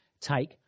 Take